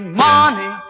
money